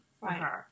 right